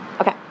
Okay